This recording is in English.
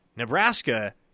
Nebraska